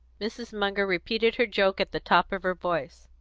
mrs. munger repeated her joke at the top of her voice.